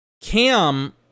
Cam